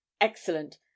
Excellent